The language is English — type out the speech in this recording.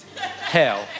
Hell